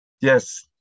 yes